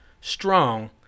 strong